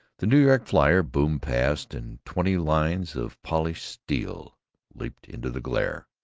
the new york flyer boomed past, and twenty lines of polished steel leaped into the glare.